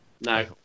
No